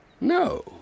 No